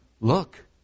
look